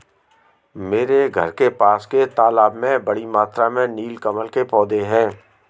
मेरे घर के पास के तालाब में बड़ी मात्रा में नील कमल के पौधें हैं